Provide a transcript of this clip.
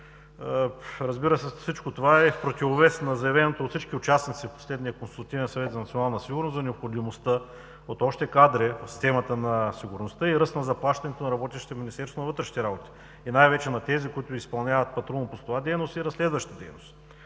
Разбира се, всичко това е в противовес на заявеното от всички участници в последния Консултативен съвет за национална сигурност за необходимостта от още кадри в системата на сигурността и ръст на заплащането на работещите в Министерството на вътрешните работи и най-вече на тези, които изпълняват патрулно-постова дейност и разследваща дейност.